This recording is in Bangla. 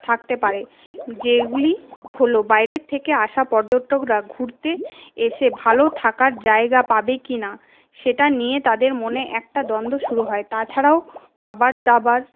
থাকতে পারে যেগুলি হল বাইরে থেকে আসা পর্যটকরা ঘুরতে এসে ভালো থাকার জায়গা পাবে কিনা সেটা নিয়ে তাদের মনে একটা দ্বন্দ্ব শুরু হয় তাছাড়াও খাবারদাবার